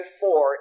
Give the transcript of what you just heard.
four